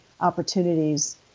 opportunities